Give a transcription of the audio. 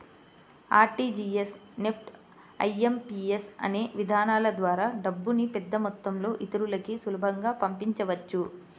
RTGS, NEFT, IMPS అనే విధానాల ద్వారా డబ్బుని పెద్దమొత్తంలో ఇతరులకి సులభంగా పంపించవచ్చు